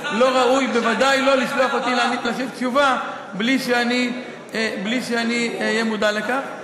בוודאי לא לשלוח אותי לתת תשובה בלי שאני אהיה מודע לכך.